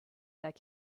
that